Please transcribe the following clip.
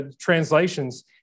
translations